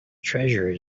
treasure